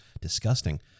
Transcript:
disgusting